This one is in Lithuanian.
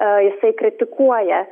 a jisai kritikuoja